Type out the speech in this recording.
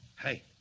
Hey